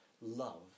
love